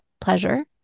pleasure